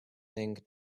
thing